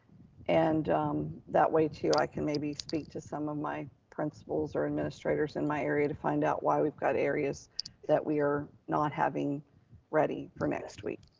and that way too i can maybe speak to some of my principals or administrators in my area to find out why we've got areas that we are not having ready for next week.